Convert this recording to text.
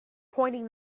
pointing